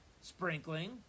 sprinkling